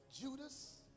Judas